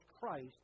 Christ